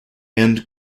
end